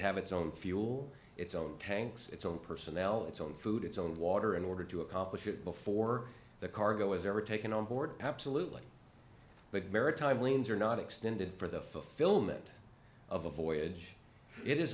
have its own fuel its own tanks its own personnel its own food its own water in order to accomplish it before the cargo is ever taken on board absolutely but maritime lanes are not extended for the fulfillment of a voyage it is